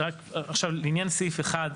לעניין סעיף 1,